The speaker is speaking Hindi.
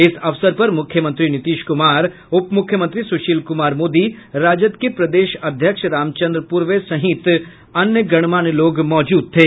इस अवसर पर मुख्यमंत्री नीतीश कुमार उपमुख्यमंत्री सुशील कुमार मोदी राजद के प्रदेश अध्यक्ष राम चन्द्र पूर्वे सहित अन्य गणमान्य लोग मौजूद थे